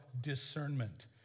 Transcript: discernment